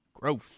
growth